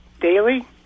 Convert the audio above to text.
daily